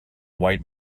white